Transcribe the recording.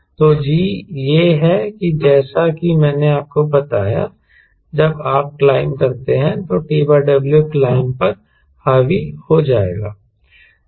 तो G यह है कि जैसा कि मैंने आपको बताया जब आप क्लाइंब करते हैं तो TW क्लाइंब पर हावी हो जाएगा